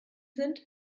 sind